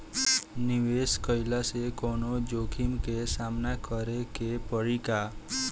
निवेश कईला से कौनो जोखिम के सामना करे क परि का?